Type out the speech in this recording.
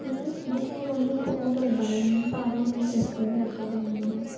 की जे जित्थै अ'ऊं रौह्न्नी उत्थै होटल बड़े न चार होटल ए सी बी लग्गे दे न ते